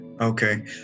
okay